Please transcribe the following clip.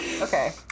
Okay